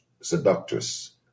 seductress